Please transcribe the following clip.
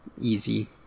easy